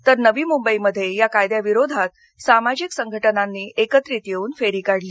तर नवी मुंबई मध्ये या कायद्याविरोधात सामाजिक संघटनांनी एकत्रित येऊन फेरी काढली